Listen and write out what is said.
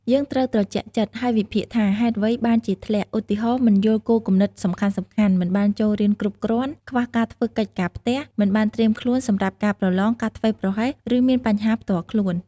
យើងត្រូវត្រជាក់ចិត្ត ហើយវិភាគថាហេតុអ្វីបានជាធ្លាក់ ឧទាហរណ៍ មិនយល់គោលគំនិតសំខាន់ៗ មិនបានចូលរៀនគ្រប់គ្រាន់ ខ្វះការធ្វើកិច្ចការផ្ទះ មិនបានត្រៀមខ្លួនសម្រាប់ការប្រឡង ការធ្វេសប្រហែស ឬមានបញ្ហាផ្ទាល់ខ្លួន។